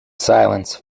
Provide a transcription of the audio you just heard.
silence